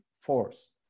force